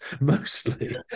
mostly